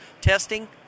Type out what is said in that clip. testing